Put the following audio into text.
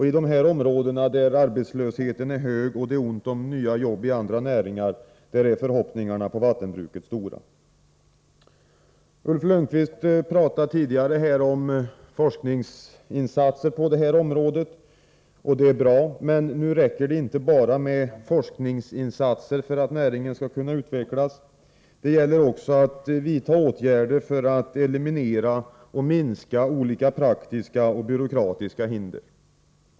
I dessa områden, där arbetslösheten är mycket hög, är det ont om nya jobb i andra näringar, och förhoppningarna på vattenbruket är stora. Ulf Lönnqvist talade tidigare här om forskningsinsatser på detta område. Det är bra. Men det räcker inte med bara forskningsinsatser. Det gäller också att vidta åtgärder för att eliminera och minska olika praktiska och byråkratiska hinder.